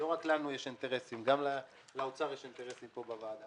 לא רק לנו יש אינטרסים אלא גם לאוצר יש אינטרסים כאן בוועדה.